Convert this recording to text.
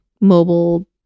mobile